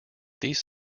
these